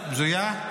בזויה,